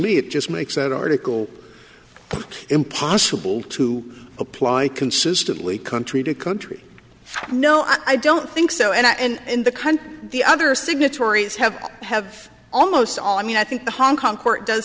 me it just makes that article impossible to apply consistently country to country no i don't think so and the country the other signatories have have almost all i mean i think the hong kong court does